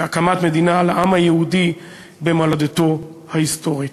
ובהקמת מדינה לעם היהודי במולדתו ההיסטורית.